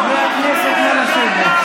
חברי הכנסת, נא לשבת.